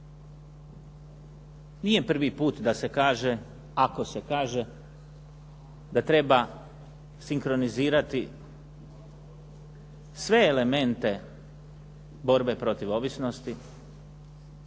Nije prvi put da se kaže, ako se kaže da treba sinkronizirati sve elemente borbe protiv ovisnosti